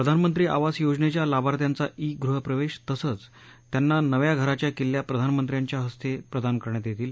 प्रधानमंत्री आवास योजनेच्या लाभार्थ्यांचा ई गृहप्रवेश तसंच त्यांना नव्या घराच्या किल्ल्या प्रधानमंत्र्यांच्या हस्ते प्रदान करण्यात येतील